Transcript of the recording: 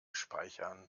speichern